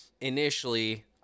initially